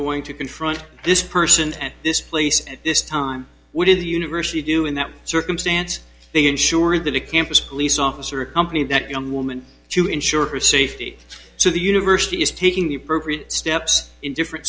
going to confront this person and this place at this time would do the university do in that circumstance they ensure that a campus police officer accompanied that young woman to ensure her safety so the university is taking the appropriate steps in different